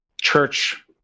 church